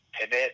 pivot